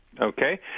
Okay